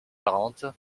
cinquante